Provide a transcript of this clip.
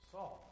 Saul